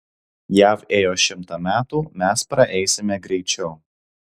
jav ėjo šimtą metų mes praeisime greičiau